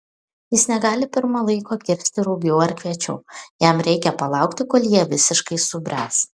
jis negali pirma laiko kirsti rugių ar kviečių jam reikia palaukti kol jie visiškai subręs